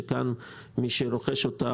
שחוסך כאן מי שרוכש אותה.